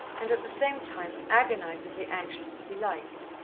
and at the same time agonizedly anxious to be liked.